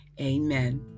Amen